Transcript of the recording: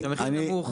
שאי אפשר מחיר נמוך.